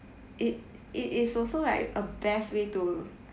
it it is also like a best way to